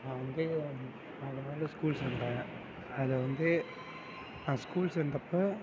நான் வந்து நான் அப்பறமேல் ஸ்கூல் சேர்ந்தன் அது வந்து நான் ஸ்கூல் சேர்ந்தப்ப